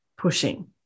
pushing